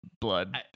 blood